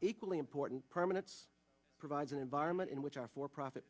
equally important permanence provides an environment in which our for profit